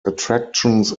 attractions